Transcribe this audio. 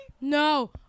No